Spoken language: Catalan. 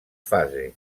fases